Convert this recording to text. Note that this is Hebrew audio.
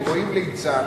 הם רואים ליצן